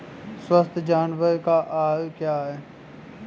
स्वस्थ जानवर का आहार क्या है?